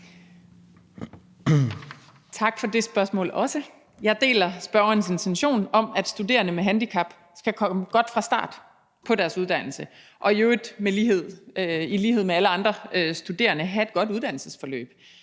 Tak for det spørgsmål også. Jeg deler spørgerens intention om, at studerende med handicap skal komme godt fra start på deres uddannelse og i øvrigt i lighed med alle andre studerende have et godt uddannelsesforløb.